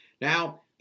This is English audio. Now